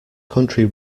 country